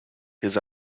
his